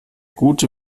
gute